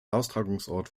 austragungsort